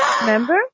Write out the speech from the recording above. Remember